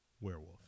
werewolf